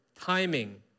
timing